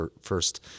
first